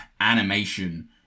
animation